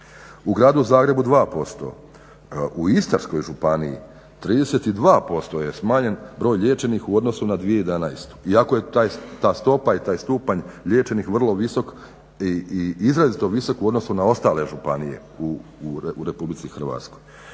u Gradu Zagrebu 2%, u Istarskoj županiji 32% je smanjen broj liječenih u odnosu na 2011. Iako je ta stopa i taj stupanj liječenih vrlo visok i izrazito visok u odnosu na ostale županije u RH. U Karlovačkoj